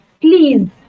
please